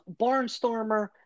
Barnstormer